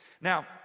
Now